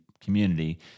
community